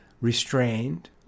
restrained